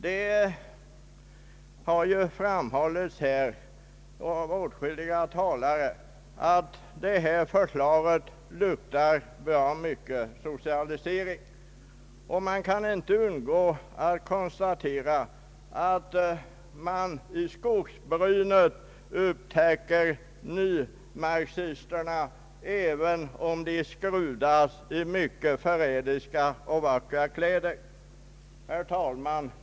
Det har här framhållits av åtskilliga talare att detta förslag luktar bra mycket socialisering. Jag kan inte undgå att konstatera att man i skogsbrynet upptäcker nymarxisterna, även om de skrudar sig i mycket förrädiska och vackra kläder. Herr talman!